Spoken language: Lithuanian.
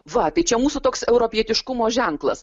va tai čia mūsų toks europietiškumo ženklas